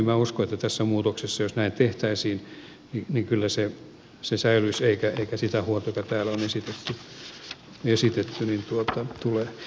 minä uskon että tässä muutoksessa jos näin tehtäisiin kyllä se säilyisi eikä sitä huolta joka täällä on esitetty tule